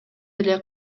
эле